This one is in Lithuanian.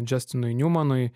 džastinui niumanui